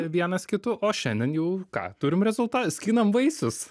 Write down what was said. vienas kitu o šiandien jau ką turim rezulta skinam vaisius